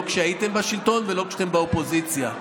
לא כשהייתם בשלטון ולא כשאתם בדמוקרטיה.